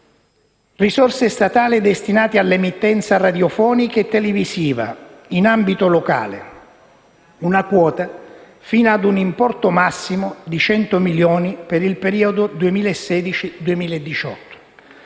risorse statali destinate all'emittenza radiofonica e televisiva in ambito locale; una quota, fino un importo massimo di 100 milioni per il periodo 2016-2018,